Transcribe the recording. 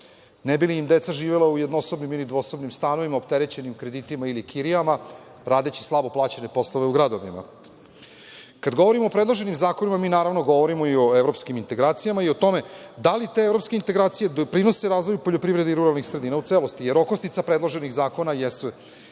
ne bi li im deca živela u jednosobnim ili dvosobnim stanovima, opterećeni kreditima ili kirijama, radeći slabo plaćene poslove u gradovima. Kada govorim o predloženim zakonima, naravno, mi naravno govorimo i o evropskim integracijama i o tome da li te evropske integracije doprinose razvoju poljoprivrede i ruralnih sredina u celosti, jer okosnica predloženih zakona jeste